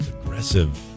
Aggressive